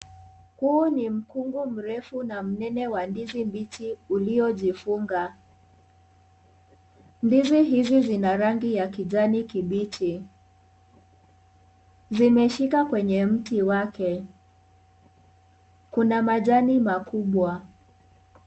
Huu ni mkungu mrefu na mnene wa ndizi mbichi uliojifunga. Ndizi hizi zina rangi ya kijani kibichi. Zimeshika kwenye mti wake, kuna majani makubwa.